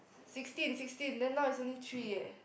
sixteen sixteen then now it's only three eh